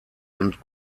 und